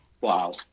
Wow